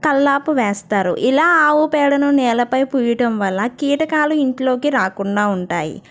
కళ్ళాపి వేస్తారు ఇలా ఆవుపేడను నేలపై పూయటం వల్ల కీటకాలు ఇంట్లోకి రాకుండా ఉంటాయి